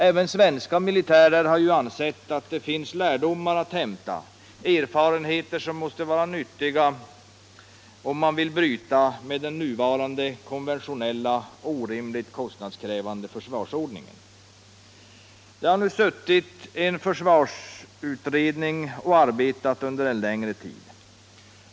Även svenska militärer har som bekant ansett att där finns lärdomar att hämta, erfarenheter som måste vara till nytta om man vill bryta med den nuvarande konventionella och orimligt kostnadskrävande försvarsordningen. Det har nu suttit en försvarsutredning och arbetat under en längre tid.